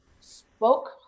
spoke